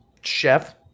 chef